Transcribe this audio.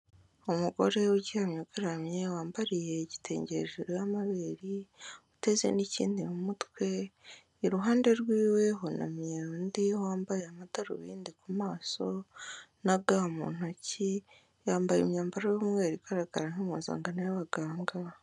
Umugore uryamye ugaramye wambariye igitenge hejuru y'amabere, uteze n'ikindi mu mutwe, iruhande rwe hunamye undi wambaye amadarubindi ku maso na ga mu ntoki, yambaye imyambaro y'umweru igaragara nk'umpuzangano y'abaganga.